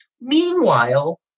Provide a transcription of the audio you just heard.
meanwhile